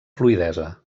fluïdesa